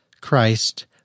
Christ